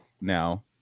now